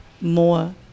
more